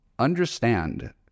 understand